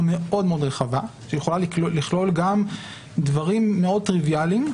מאוד רחבה שיכולה לכלול גם דברים מאוד טריוויאליים.